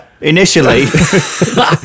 initially